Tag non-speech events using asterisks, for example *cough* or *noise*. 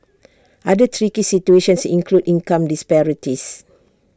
*noise* other tricky situations include income disparities